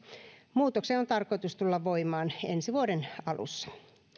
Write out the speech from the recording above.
muutokseen on tarkoitus tulla voimaan ensi vuoden alussa